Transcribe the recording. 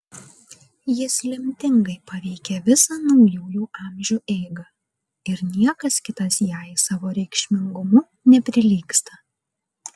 jis lemtingai paveikė visą naujųjų amžių eigą ir niekas kitas jai savo reikšmingumu neprilygsta